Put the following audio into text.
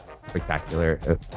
spectacular